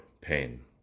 pain